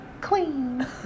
clean